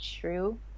true